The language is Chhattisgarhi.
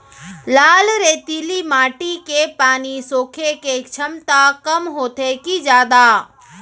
लाल रेतीली माटी के पानी सोखे के क्षमता कम होथे की जादा?